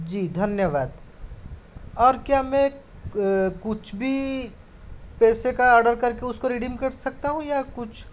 जी धन्यवाद और क्या मैं कुछ भी पैसे का आर्डर कर के उसको रिडीम कर सकता हूँ या कुछ